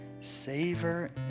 savor